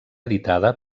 editada